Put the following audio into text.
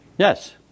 Yes